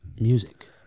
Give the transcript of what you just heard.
music